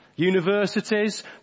universities